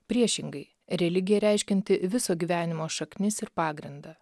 priešingai religija reiškianti viso gyvenimo šaknis ir pagrindą